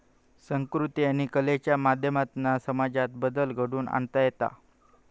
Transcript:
संकृती आणि कलेच्या माध्यमातना समाजात बदल घडवुन आणता येता